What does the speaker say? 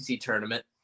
tournament